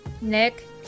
Nick